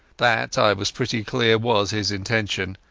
that, i was pretty clear, was his intention.